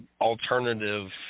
alternative